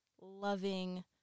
loving